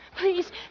Please